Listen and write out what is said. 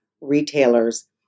retailers